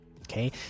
okay